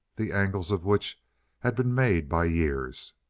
the angles of which had been made by years.